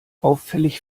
auffällig